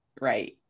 Right